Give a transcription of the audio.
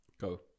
go